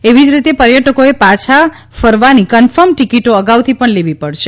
એવી જ રીતે પર્યટકોએ પાછા ફરવાની કન્ફર્મ ટિકીટો અગાઉથી પણ લેવી પડશે